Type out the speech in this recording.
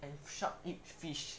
and shark eat fish